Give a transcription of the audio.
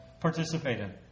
Participated